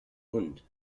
hund